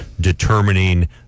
determining